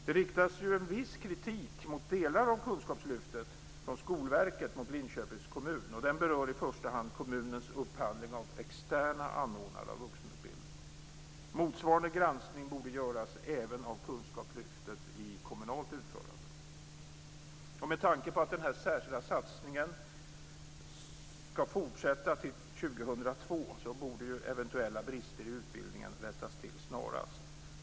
Det riktas en viss kritik mot delar av kunskapslyftet från Skolverket - mot Linköpings kommun. Den berör i första hand kommunens upphandling av externa anordnare av vuxenutbildning. Motsvarande granskning borde göras även av kunskapslyftet i kommunalt utförande. Med tanke på att den särskilda satsningen skall fortsätta till 2002 borde eventuella brister i utbildningen rättas till snarast.